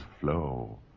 flow